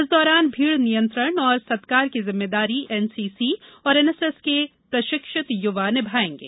इस दौरान भीड़ नियंत्रण और सत्कार की जिम्मेदारी एनसीसी और एनएसएस के प्रशिक्षित युवा निभायेंगे